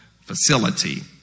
facility